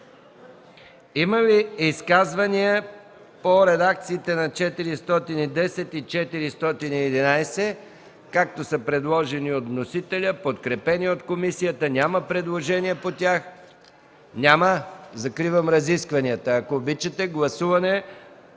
Има ли изказвания по редакциите на чл. 410 и чл. 411, както са предложени от вносителя, подкрепени от комисията, няма предложения по тях? Няма. Закривам разискванията. Гласуване